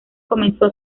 comenzó